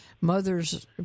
mothers